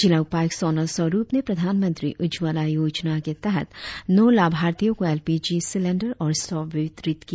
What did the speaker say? जिला उपायुक्त सोनल स्वरुप ने प्रधानमंत्री उज्जवला योजना के तहत नौ लाभार्थियों को एल पी जी सिलेंडर और स्टोव वितरित किया